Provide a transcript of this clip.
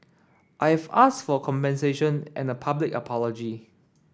I've asked for compensation and a public apology